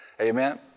Amen